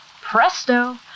presto